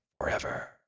forever